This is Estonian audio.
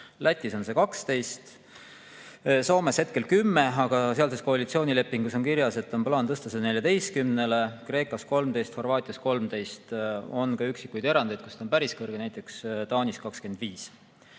Lätis on see 12%, Soomes hetkel 10%, aga sealses koalitsioonilepingus on kirjas, et on plaan tõsta see 14%-le, Kreekas on 13% ja Horvaatias 13%. On ka üksikuid erandeid, kus see on päris kõrge, näiteks Taanis on